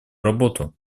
работу